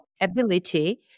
ability